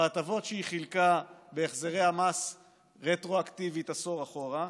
בהטבות שהיא חילקה בהחזרי מס רטרואקטיבית עשור אחורה.